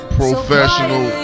professional